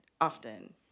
often